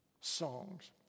songs